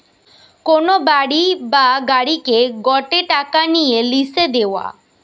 কোন বাড়ি বা গাড়িকে গটে টাকা নিয়ে লিসে দেওয়া